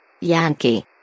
Yankee